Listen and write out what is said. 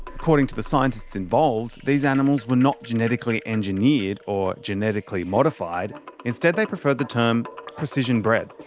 according to the scientists involved, these animals were not genetically engineered or genetically modified instead, they preferred the term precision bred.